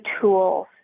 tools